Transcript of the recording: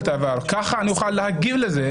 ככה נוכל להגיב לזה.